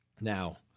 Now